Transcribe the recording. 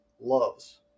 loves